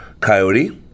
coyote